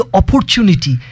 opportunity